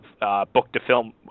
book-to-film